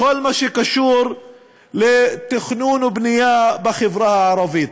בכל מה שקשור לתכנון ובנייה בחברה הערבית,